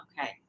okay